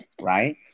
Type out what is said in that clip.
Right